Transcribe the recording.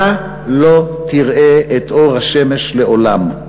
אתה לא תראה את אור השמש לעולם.